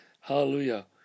Hallelujah